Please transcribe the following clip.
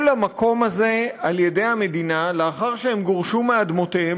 למקום הזה על-ידי המדינה לאחר שהם גורשו מאדמותיהם